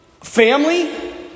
family